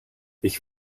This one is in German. ich